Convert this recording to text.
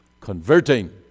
converting